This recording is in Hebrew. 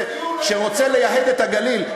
שרוצה לייהד את הגליל,